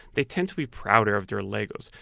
they tend to be prouder of their legos.